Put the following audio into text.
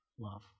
love